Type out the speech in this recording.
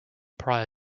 prior